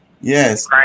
Yes